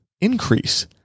increase